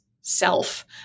self